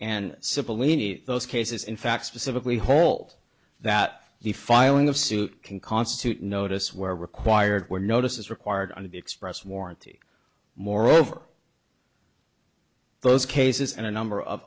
need those cases in fact specifically hold that the filing of suit can constitute notice where required were notices required under the express warranty moreover those cases and a number of